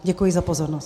Děkuji za pozornost.